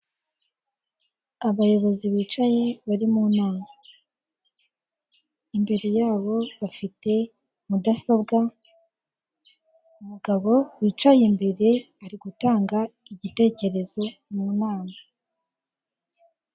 Abayobozi bicaye bari mu nama, imbere yabo bafite mudasobwa umugabo wicaye imbere ari gutanga igitekerezo mu nama.